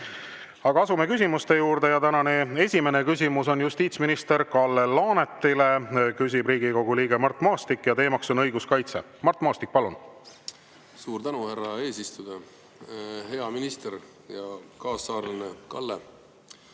Asume küsimuste juurde. Esimene küsimus on justiitsminister Kalle Laanetile, küsib Riigikogu liige Mart Maastik ja teema on õiguskaitse. Mart Maastik, palun! Suur tänu, härra eesistuja! Hea minister ja kaassaarlane Kalle!